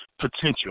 potential